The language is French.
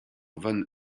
von